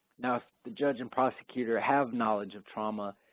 now if the judge and prosecutor have knowledge of trauma,